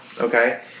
Okay